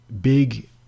big